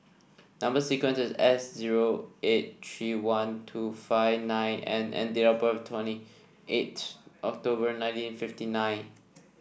number sequence is S zero eight three one two five nine N and date of birth twenty eight October nineteen fifty nine